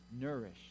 nourish